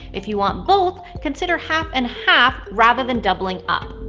if you want both, consider half and half, rather than doubling up.